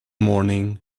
morning